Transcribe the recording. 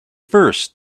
first